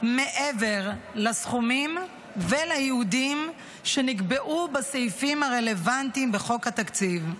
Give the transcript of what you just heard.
מעבר לסכומים ולייעודים שנקבעו בסעיפים הרלוונטיים בחוק התקציב".